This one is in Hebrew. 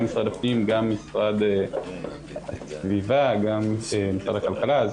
גם משרד הפנים וגם המשרד להגנת הסביבה וגם משרד הכלכלה.